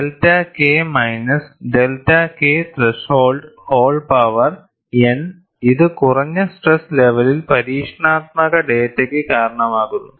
delta K minus delta K threshold whole power n ഇത് കുറഞ്ഞ stress ലെവലിൽ പരീക്ഷണാത്മക ഡാറ്റയ്ക്ക് കാരണമാകുന്നു